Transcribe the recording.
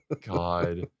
God